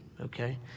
Okay